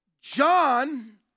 John